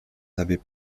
n’avait